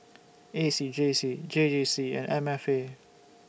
A C J C J J C and M F A